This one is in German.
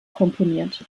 komponiert